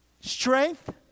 strength